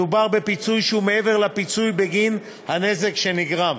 מדובר בפיצוי שהוא מעבר לפיצוי בגין הנזק שנגרם.